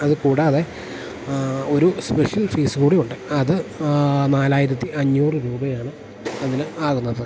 അത് കൂടാതെ ഒരു സ്പെഷ്യൽ ഫീസ് കൂടിയുണ്ട് അത് നാലായിരത്തിയഞ്ഞൂറ് രൂപയാണ് അതിന് ആകുന്നത്